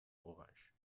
orange